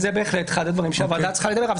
זה בהחלט אחד הדברים שהוועדה צריכה לדבר עליו.